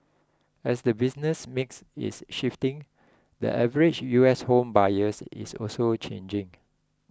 as the business mix is shifting the average U S home buyer is also changing